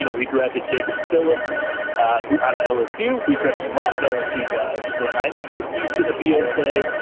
you know we drafted jacob phillips who out of lsu, we drafted a lot of lsu guys, but i think he's going to be okay.